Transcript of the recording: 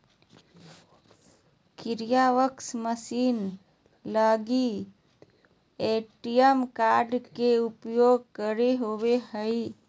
kiosk machine लगी ATM card के उपयोग करे होबो हइ